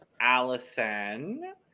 Allison